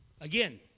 Again